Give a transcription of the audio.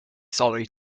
sorry